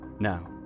Now